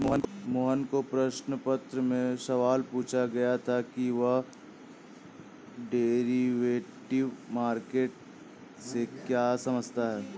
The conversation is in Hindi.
मोहन को प्रश्न पत्र में सवाल पूछा गया था कि वह डेरिवेटिव मार्केट से क्या समझता है?